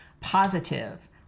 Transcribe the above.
positive